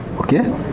Okay